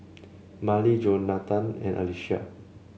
Marlie Jonatan and Alicia